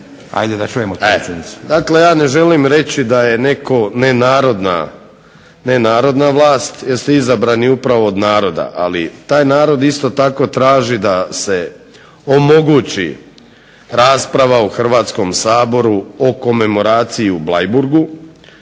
Zoran (HDSSB)** Dakle ja ne želim reći da je netko ne narodna vlast jer ste izabrani upravo od naroda, ali taj narod isto tako traži da se omogući rasprava u Hrvatskom saboru o komemoraciji u Bleiburgu